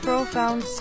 profound